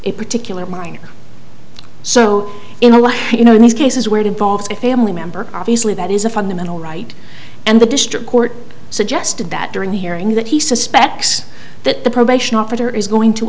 a particular minor so in the last you know in these cases where it involves a family member obviously that is a fundamental right and the district court suggested that during the hearing that he suspects that the probation officer is going to